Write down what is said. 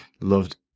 loved